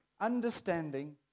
understanding